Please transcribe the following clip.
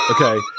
Okay